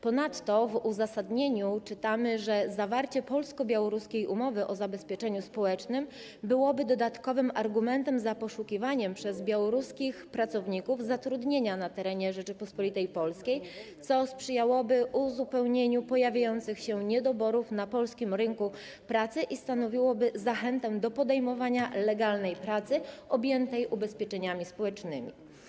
Ponadto w uzasadnieniu czytamy, że zawarcie polsko-białoruskiej umowy o zabezpieczeniu społecznym byłoby dodatkowym argumentem za poszukiwaniem przez białoruskich pracowników zatrudnienia na terenie Rzeczypospolitej Polskiej, co sprzyjałoby uzupełnieniu pojawiających się niedoborów na polskim rynku pracy i stanowiłoby zachętę do podejmowania legalnej pracy objętej ubezpieczeniami społecznymi.